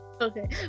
Okay